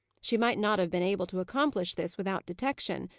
she might not have been able to accomplish this without detection,